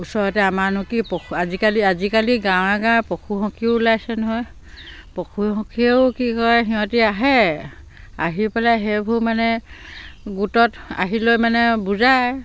ওচৰতে আমাৰনো কি পশু আজিকালি আজিকালি গাঁৱে গাঁৱে পশু সখীও ওলাইছে নহয় পশু সখীয়েও কি কৰে সিহঁতি আহে আহি পেলাই সেইবোৰ মানে গোটত আহি লৈ মানে বুজায়